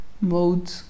mode